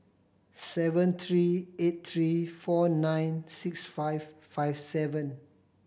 seven three eight three four nine six five five seven